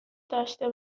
داشته